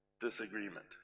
disagreement